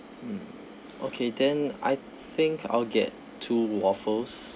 mm okay then I think I'll get two waffles